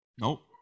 Nope